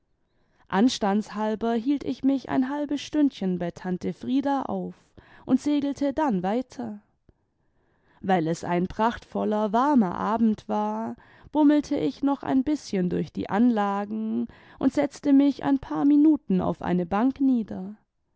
anstandshalber hielt ich mich ein halbes stündchen bei tante frieda auf und segelte dann weiter weil es ein prachtvoller warmer abend war bummelte ich noch ein bißchen durch die anlagen imd setzte mich ein paar minuten auf eine bank nieder